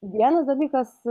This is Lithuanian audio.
vienas dalykas